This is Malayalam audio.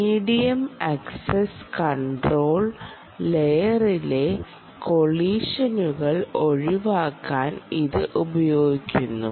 മീടിയം ആക്സസ് കംട്രോൾ ലെയറിലെ കൊളിഷനുകൾ ഒഴിവാക്കാൻ ഇത് ഉപയോഗിക്കുന്നു